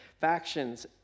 factions